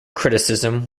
criticism